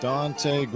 Dante